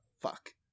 Fuck